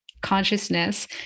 consciousness